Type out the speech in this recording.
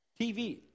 TV